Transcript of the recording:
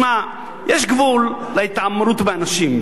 תשמע, יש גבול להתעמרות באנשים.